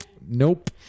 nope